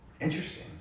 Interesting